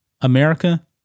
America